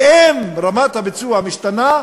ואם רמת הביצוע משתנה,